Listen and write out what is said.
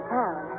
town